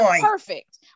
Perfect